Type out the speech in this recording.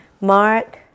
Mark